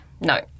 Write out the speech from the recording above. No